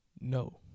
No